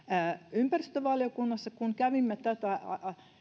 ympäristövaliokunnassa kun kävimme tätä